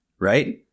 right